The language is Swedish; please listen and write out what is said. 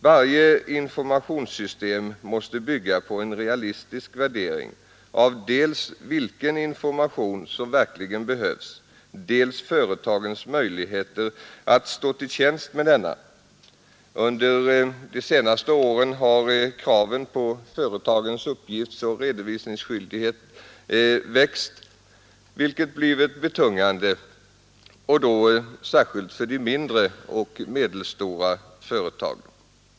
Varje informationssystem måste bygga på en realistisk värdering av dels vilken information som verkligen behövs, dels företagens möjligheter att stå till tjänst med denna. Under de senaste åren har kraven på företagens uppgiftsoch redovisningsskyldighet växt vilket blivit betungande, särskilt för de mindre och medelstora företagen.